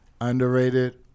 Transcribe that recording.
underrated